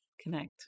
Connect